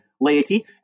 laity